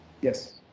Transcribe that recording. Yes